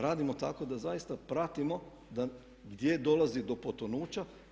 Radimo tako da zaista pratimo gdje dolazi do potonuća.